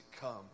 come